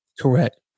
Correct